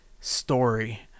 story